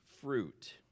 fruit